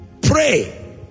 Pray